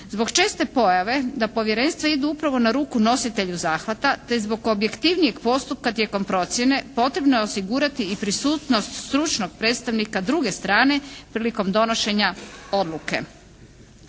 Zbog česte pojave da povjerenstva idu upravo na ruku nositelju zahvata, te zbog objektivnijeg postupka tijekom procjene potrebno je osigurati i prisutnost stručnog predstavnika druge strane prilikom donošenja odluke.